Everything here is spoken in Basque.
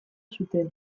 zuten